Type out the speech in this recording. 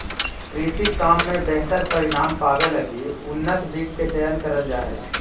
कृषि काम में बेहतर परिणाम पावे लगी उन्नत बीज के चयन करल जा हई